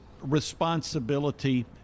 responsibility